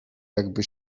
jakby